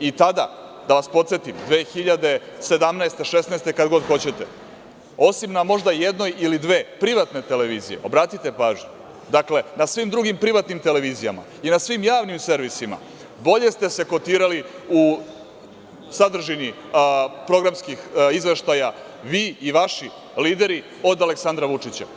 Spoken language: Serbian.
I tada, da vas podsetim, 2016, 2017. godine, kad god hoćete, osim na možda jednoj ili dve privatne televizije, obratite pažnju, dakle, na svim drugim privatnim televizijama i na svim javnim servisima bolje ste se kotirali u sadržini programskih izveštaja vi i vaši lideri od Aleksandra Vučića.